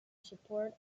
support